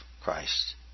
Christ